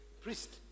Priest